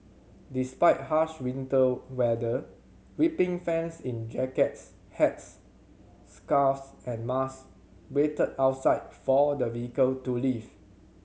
despite harsh winter weather weeping fans in jackets hats scarves and mask waited outside for the vehicle to leave